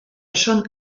són